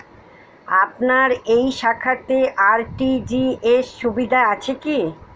আপনার এই শাখাতে আর.টি.জি.এস সুবিধা আছে কি?